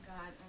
God